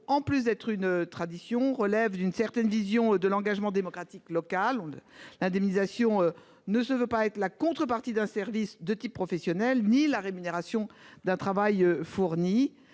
en plus d'être une tradition, relève d'une certaine vision de l'engagement démocratique local : l'indemnisation ne se veut pas la contrepartie d'un service de type professionnel ni la rémunération d'un travail fourni.